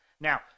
Now